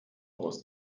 aus